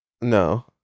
no